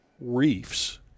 reefs